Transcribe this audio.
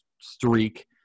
streak